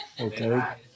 Okay